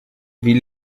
wie